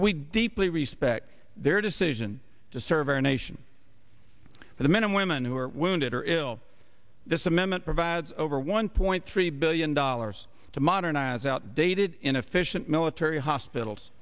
we deeply respect their decision to serve our nation the men and women who are wounded or ill this amendment provides over one point three billion dollars to modernize outdated inefficient military hospitals